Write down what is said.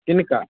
किनका